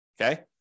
Okay